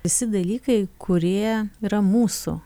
visi dalykai kurie yra mūsų